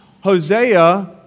Hosea